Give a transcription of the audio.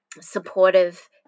supportive